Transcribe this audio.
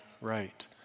right